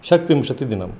षड्त्रिंशतिदिनम्